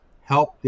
help